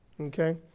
Okay